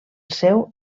seu